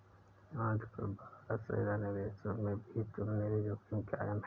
आजकल भारत सहित अन्य देशों में भी चलनिधि जोखिम कायम है